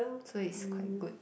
so it's quite good